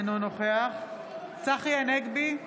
אינו נוכח צחי הנגבי,